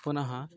पुनः